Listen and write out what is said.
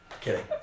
Kidding